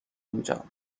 اونجا